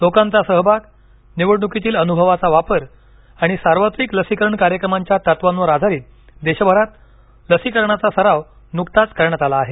लोकांचा सहभाग निवडणुकीतील अनुभवाचा वापर आणि सार्वत्रिक लसीकरण कार्यक्रमाच्या तत्वांवर आधारित देशभरात लसीकरणाचा सराव नुकताच करण्यात आला आहे